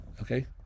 Okay